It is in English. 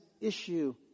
issue